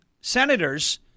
senators